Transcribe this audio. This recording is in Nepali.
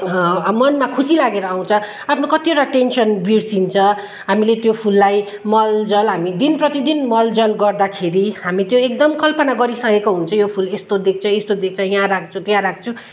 मनमा खुसी लागेर आउँछ आफ्नो कतिवटा टेन्सन बिर्सिन्छ हामीले त्यो फुललाई मल जल हामी दिन प्रतिदिन मल जल गर्दाखेरि हामी त्यो एकदम कल्पना गरिसकेको हुन्छ यो फुल यस्तो देख्छ यस्तो देख्छ यहाँ राख्छु त्यहाँ राख्छु